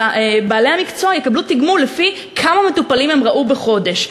בעלי המקצוע הולך להיות לפי כמה מטופלים הם ראו בחודש.